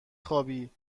خوابی